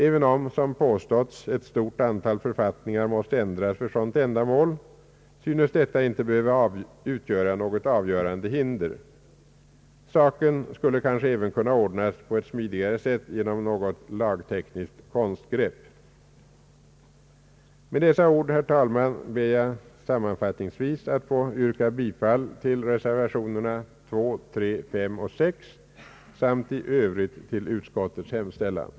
även om, såsom påståtts, ett stort antal författningar måste ändras för ett sådant ändamål, synes detta inte behöva utgöra något avgörande hinder. Saken skulle kanske även kunna ordnas på ett smidigare sätt genom något lagtekniskt konstgrepp. Med dessa ord, herr talman, ber jag sammanfattningsvis att få yrka bifall till reservationerna 2, 3, 5 och 6 samt i övrigt till utskottets hemställan.